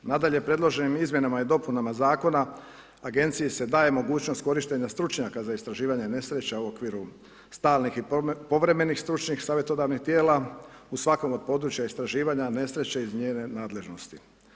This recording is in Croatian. Nadalje, predloženim izmjenama i dopunama zakona, agenciji si daje mogućnost korištenje stručnjaka za istraživanja nesreća u okviru stalnih i povremenih stručnih savjetodavnih tijela u svakom od područja istraživanja nesreće iz njene nadležnosti.